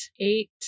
eight